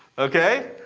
okay?